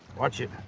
watch him,